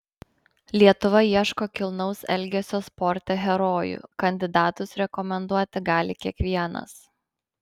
lietuva ieško kilnaus elgesio sporte herojų kandidatus rekomenduoti gali kiekvienas